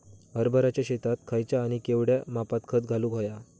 हरभराच्या शेतात खयचा आणि केवढया मापात खत घालुक व्हया?